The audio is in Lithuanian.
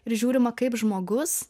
ir žiūrima kaip žmogus